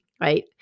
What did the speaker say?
right